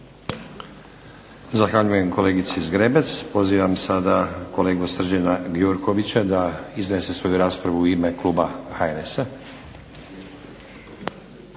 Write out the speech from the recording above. Zahvaljujem kolegici Zgrebec. Pozivam sada kolegu Srđana Gjurkovića da iznese svoju raspravu u ime Kluba HNS-a.